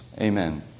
Amen